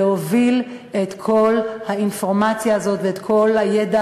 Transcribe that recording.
להוביל את כל האינפורמציה הזאת ואת כל הידע